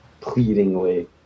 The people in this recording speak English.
pleadingly